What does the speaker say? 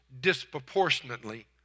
disproportionately